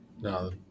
no